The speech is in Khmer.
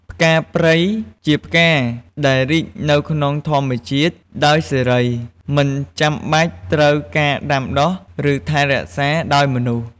ផ្កាព្រៃ ជាផ្កាដែលរីកនៅក្នុងធម្មជាតិដោយសេរី មិនចាំបាច់ត្រូវបានដាំដុះ ឬថែរក្សាដោយមនុស្ស។